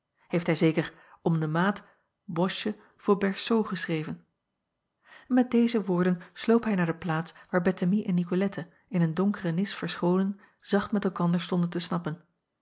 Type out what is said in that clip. heeft hij zeker om de maat boschje voor berceau geschreven n met deze woorden sloop hij naar de plaats waar ettemie en icolette in een donkere nis verscholen zacht met elkander stonden te snappen